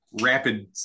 rapid